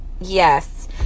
yes